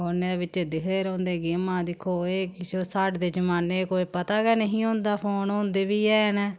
फोने दे बिच्च दिखदे रौंह्दे गेमां दिक्खो एह् दिक्खो साढ़े जमान्ने च कोई पता गै निं ही होंदा फोन होंदे बी हैन